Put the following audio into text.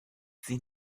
sie